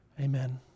Amen